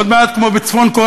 עוד מעט כמו בצפון-קוריאה,